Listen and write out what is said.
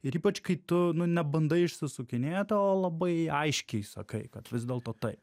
ir ypač kai tu nu nebandai išsisukinėti o labai aiškiai sakai kad vis dėlto taip